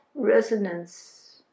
Resonance